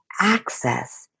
access